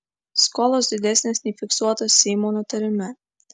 skolos didesnės nei fiksuotos seimo nutarime